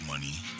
money